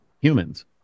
humans